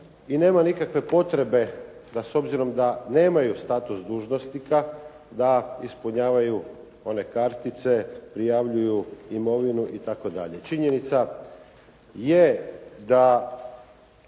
i nema nikakve potrebe da s obzirom da nemaju status dužnosnika da ispunjavaju one kartice, prijavljuju imovinu itd. Činjenica je da